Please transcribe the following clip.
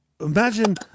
imagine